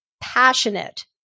passionate